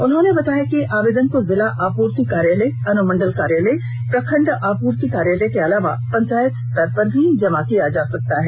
उन्होंने बताया कि आवेदन को जिला आपूर्ति कार्यालय अनुमंडल कार्यालय प्रखंड आपूर्ति कार्यालय के अलावा पंचायत स्तर पर भी जमा किया जा सकता है